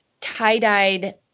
tie-dyed